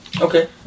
okay